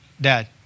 dad